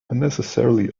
unnecessarily